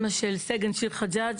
אימא של סגן שיר חג'אג',